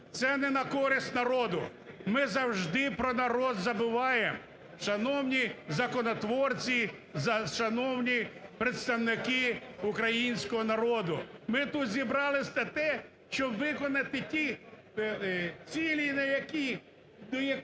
це не на користь народу. Ми завжди про народ забуваємо. Шановні законотворці, шановні представники українського народу! Ми тут зібрались на те, щоб виконати ті цілі, до яких